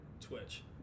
Twitch